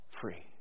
free